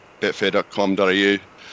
betfair.com.au